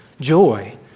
joy